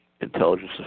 intelligence